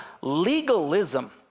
legalism